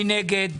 מי נגד?